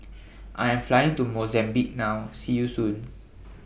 I Am Flying to Mozambique now See YOU Soon